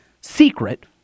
secret